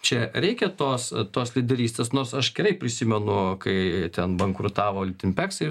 čia reikia tos tos lyderystės nors aš gerai prisimenu kai ten bankrutavo litimpeks ir